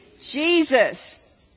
Jesus